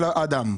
האדם?